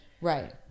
right